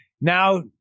now